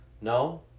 No